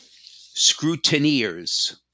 scrutineers